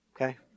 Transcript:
okay